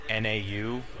NAU